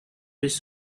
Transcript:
piece